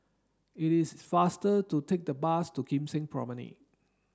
it is faster to take the bus to Kim Seng Promenade